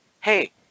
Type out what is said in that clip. hey